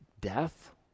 death